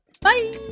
bye